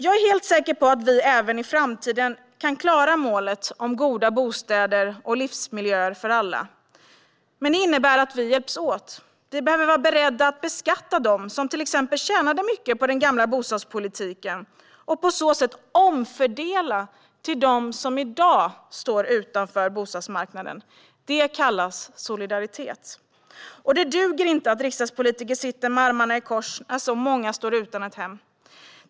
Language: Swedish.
Jag är helt säker på att vi även i framtiden kan klara målet om goda bostäder och livsmiljöer för alla. Men det innebär att vi hjälps åt. Vi behöver vara beredda att beskatta dem som till exempel tjänade mycket på den gamla bostadspolitiken och på så sätt omfördela till dem som i dag står utanför bostadsmarknaden. Det kallas solidaritet. Det duger inte att riksdagspolitiker sitter med armarna i kors när så många står utan ett hem.